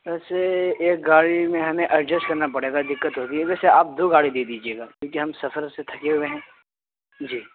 ویسے ایک گاڑی میں ہمیں اڈجسٹ کرنا پڑے گا دقت ہوگی ویسے آپ دو گاڑی دے دیجیے گا کیوںکہ ہم سفر سے تھکے ہوئے ہیں جی